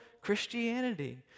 Christianity